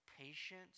patience